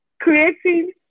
creating